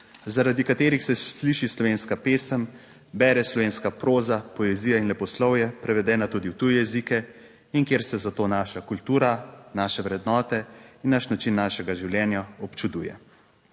zaradi katerih se sliši slovenska pesem, bere slovenska proza, poezija in leposlovje prevedena tudi v tuje jezike in kjer se zato naša kultura, naše vrednote in naš način našega življenja občuduje.